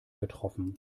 getroffen